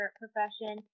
profession